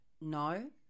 no